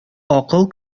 акыл